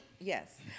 Yes